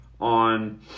on